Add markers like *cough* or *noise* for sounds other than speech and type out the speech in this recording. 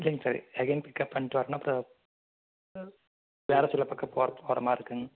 இல்லைங்க sir again pick up பண்ணிட்டு வரணும் அப்றம் *unintelligible* போற மாரிருக்குங்க